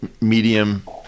medium